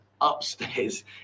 upstairs